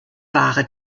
ware